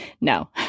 No